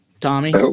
Tommy